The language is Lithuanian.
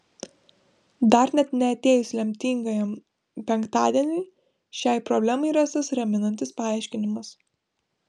dar net neatėjus lemtingajam penktadieniui šiai problemai rastas raminantis paaiškinimas